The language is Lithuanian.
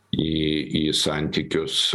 į į santykius